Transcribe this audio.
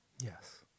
Yes